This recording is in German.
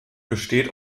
besteht